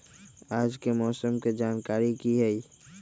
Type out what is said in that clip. आज के मौसम के जानकारी कि हई?